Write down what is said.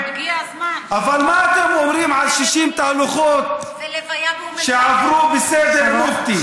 אבל מה אתם אומרים על 60 תהלוכות שעברו בסדר מופתי?